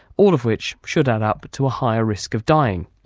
all of which should add up to a higher risk of dying.